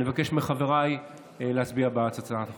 אני מבקש מחבריי להצביע בעד הצעת החוק.